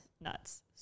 nuts